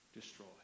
destroy